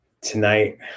Tonight